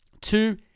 Two